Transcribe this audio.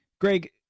Greg